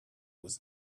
was